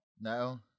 No